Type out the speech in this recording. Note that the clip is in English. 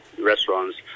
restaurants